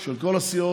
של כל הסיעות,